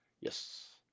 Yes